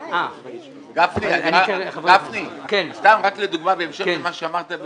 גפני, לדוגמה, בהמשך למה שאמרת.